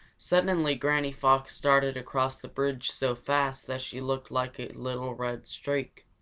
suddenly granny fox started across the bridge so fast that she looked like a little red streak.